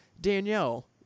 Danielle